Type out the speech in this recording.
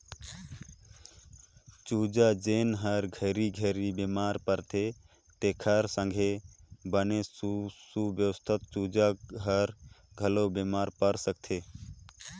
चूजा जेन हर घरी घरी बेमार परथे तेखर संघे बने सुवस्थ चूजा हर घलो बेमार पर सकथे